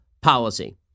policy